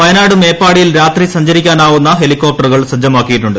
വയനാട് മേപ്പാടിയിൽ രാത്രി സഞ്ചരിക്കാനാവുന്ന ഹെലികോപ്റ്ററുകൾ സജ്ജമാക്കിയിട്ടുണ്ട്